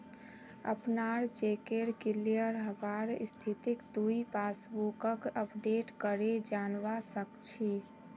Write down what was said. अपनार चेकेर क्लियर हबार स्थितिक तुइ पासबुकक अपडेट करे जानवा सक छी